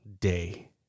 day